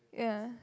yeah